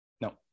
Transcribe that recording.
no